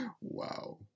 Wow